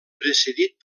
precedit